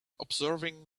observing